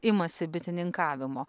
imasi bitininkavimo